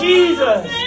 Jesus